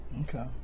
okay